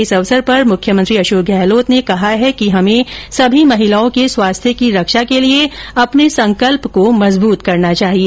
इस अवसर पर मुख्यमंत्री अशोक गहलोत ने कहा है कि हमे समी महिलाओं के स्वास्थ की रक्षा के लिए अपने संकल्प को मजबूत करना चाहिए